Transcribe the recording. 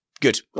good